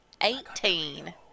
Eighteen